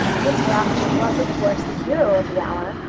mr apjohn was, of course, the hero of the hour,